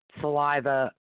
saliva